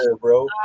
bro